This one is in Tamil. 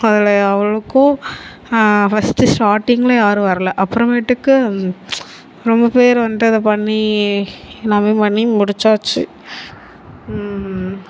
அதில் அவ்வளோவுக்கும் ஃபர்ஸ்ட்டு ஸ்டார்ட்டிங்கில் யாரும் வரலை அப்புறமேட்டுக்கு ரொம்ப பேர் வந்துட்டு அதை பண்ணி எல்லாமே பண்ணி முடிச்சாச்சு